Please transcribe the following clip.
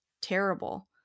terrible